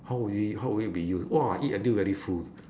how would it how would it be used !wah! eat until very full